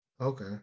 Okay